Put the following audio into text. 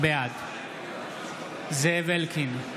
בעד זאב אלקין,